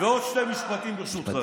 עוד שני משפטים, ברשותך.